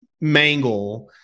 mangle